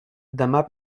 demà